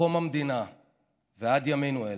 מקום המדינה ועד ימינו אלה,